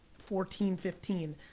fourteen, fifteen.